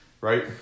right